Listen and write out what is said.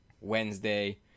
Wednesday